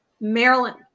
Maryland